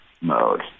mode